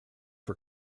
for